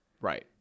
right